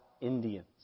Indians